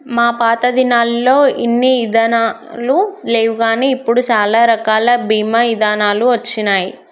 మా పాతదినాలల్లో ఇన్ని ఇదానాలు లేవుగాని ఇప్పుడు సాలా రకాల బీమా ఇదానాలు వచ్చినాయి